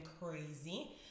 crazy